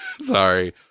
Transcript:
sorry